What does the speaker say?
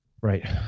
right